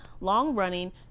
long-running